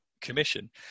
commission